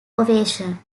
ovation